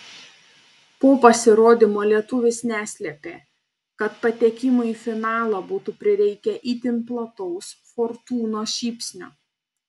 po pasirodymo lietuvis neslėpė kad patekimui į finalą būtų prireikę itin plataus fortūnos šypsnio